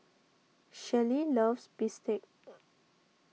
Shellie loves Bistake